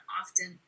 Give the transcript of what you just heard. often